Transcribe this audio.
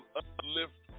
uplift